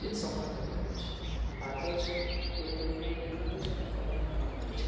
એ સંવાદ કવિતા હોય છે પાત્ર છે એ કોઈ પણ એક લેખનનું છે ને અભિન્ન અંગ હોય છે